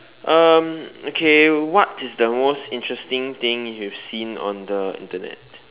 um okay what is the most interesting thing you've seen on the Internet